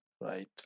right